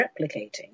replicating